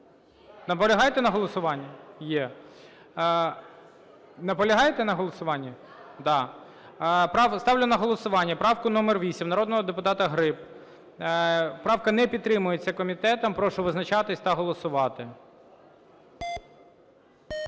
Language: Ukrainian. є потреба голосувати? Наполягаєте на голосуванні? Да! Ставлю на голосування правку номер 8 народного депутата Гриб. Правка не підтримується комітетом. Прошу визначатися та голосувати.